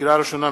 לקריאה ראשונה,